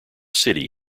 city